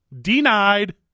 denied